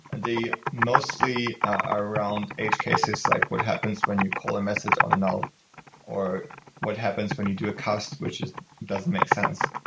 they mostly are around edge cases, like what happens when you call a message on a null or what happens when you do a cast which doesn't make sense?